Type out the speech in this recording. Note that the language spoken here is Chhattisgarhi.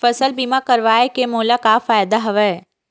फसल बीमा करवाय के मोला का फ़ायदा हवय?